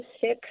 six